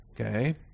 Okay